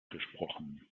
gesprochen